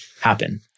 happen